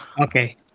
Okay